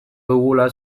dugula